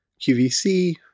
QVC